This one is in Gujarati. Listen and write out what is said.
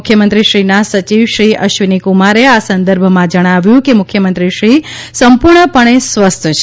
મુખ્યમંત્રીશ્રીના સચિવ શ્રી અશ્વિનીકુમારે આ સંદર્ભમાં જણાવ્યું કે મુખ્યમંત્રીશ્રી સંપૂર્ણપણે સ્વસ્થ છે